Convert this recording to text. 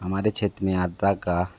हमारे क्षेत्र में यात्रा का